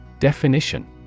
Definition